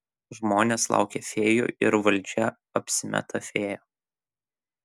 žmonės laukia fėjų ir valdžia apsimeta fėja